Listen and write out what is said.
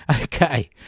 Okay